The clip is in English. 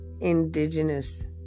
indigenous